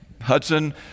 Hudson